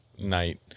night